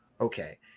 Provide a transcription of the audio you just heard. Okay